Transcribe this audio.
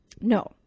No